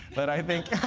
but i think